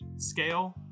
scale